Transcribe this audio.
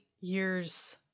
years